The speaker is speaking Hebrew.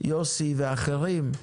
יוסי ואחרים,